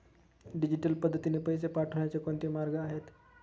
Digital पद्धतीने पैसे पाठवण्याचे कोणते मार्ग आहेत?